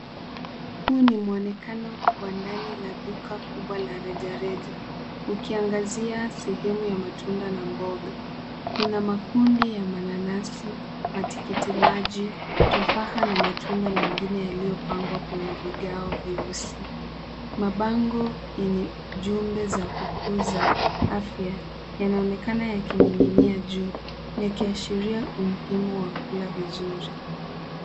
Huu ni muonekano wa ndani la duka kubwa la rejareja ukiangazia sehemu ya matunda na mboga. Kuna makundi ya mananasi, matikiti maji, tufaha na matunda mengine yaliyopangwa kwenye vigao vyeusi. Mabango yenye jumbe za kukuza afya yanaonekana yakining'inia juu ya kiashiria umuhimu wa kula vizuri.